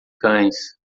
cães